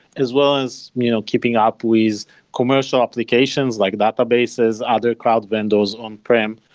as well as you know keeping up with commercial applications, like databases, other crowd windows, on-prem.